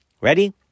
Ready